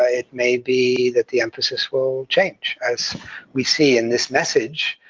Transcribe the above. ah it may be that the emphasis will change. as we see in this message,